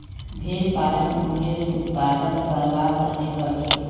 भेड़ पालन उनेर उत्पादन करवार तने करछेक